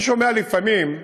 אני שומע שלפעמים אומרים: